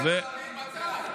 אני אמרתי, מתי?